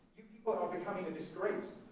but been coming to the streets.